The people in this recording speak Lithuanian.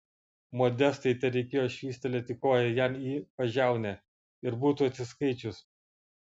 modestai tereikėjo švystelėti koja jam į pažiaunę ir būtų atsiskaičius